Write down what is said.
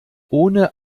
ohne